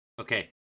Okay